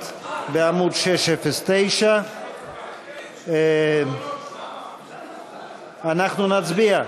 1 בעמוד 609. אנחנו נצביע.